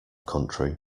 country